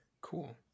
cool